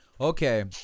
Okay